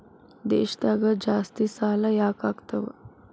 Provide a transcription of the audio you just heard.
ದೇಶದಾಗ ಜಾಸ್ತಿಸಾಲಾ ಯಾಕಾಗ್ತಾವ?